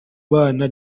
bana